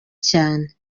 cyane